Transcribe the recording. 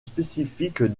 spécifique